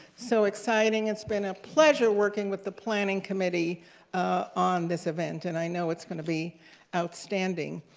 so exciting it's been a pleasure working with the planning committee on this event, and i know it's gonna be outstanding.